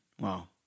Wow